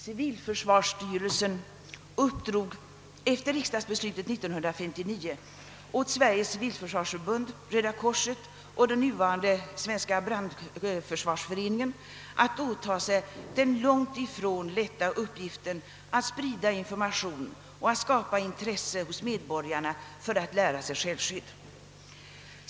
Civilförsvarsstyrelsen uppdrog efter riksdagsbeslutet 1959 åt Sveriges civilförsvarsförbund, Röda korset och nuvarande Svenska <:brandförsvarsföreningen den långt ifrån lätta uppgiften att sprida information och att skapa intresse hos medborgarna för att lära sig självskydd.